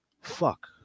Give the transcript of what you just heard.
fuck